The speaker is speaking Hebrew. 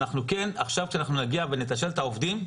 אנחנו כן עכשיו כשאנחנו נגיע ונתשאל את העובדים,